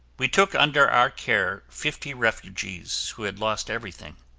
we took under our care fifty refugees who had lost everything.